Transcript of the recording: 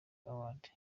awards